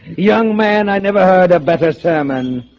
young man, i never heard a better sermon